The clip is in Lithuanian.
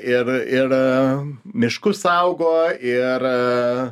ir ir miškus saugo ir